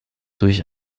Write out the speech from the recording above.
durch